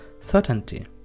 certainty